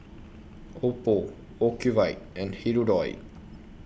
Oppo Ocuvite and Hirudoid